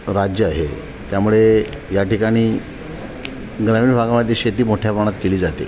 राज्य आहे त्यामुळे याठिकाणी ग्रामीण भागामध्ये शेती मोठ्या प्रमाणात केली जाते